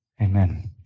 Amen